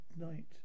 Night